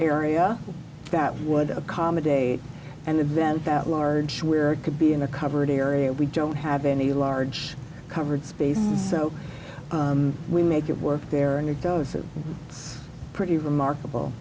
area that would accommodate and event that large where it could be in a covered area we don't have any large covered space so we make it work there and it goes it's pretty remarkable